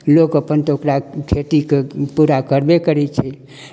लोक अपन तऽ ओकरा खेतीके पूरा करबे करै छै